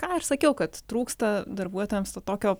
ką aš sakiau kad trūksta darbuotojams to tokio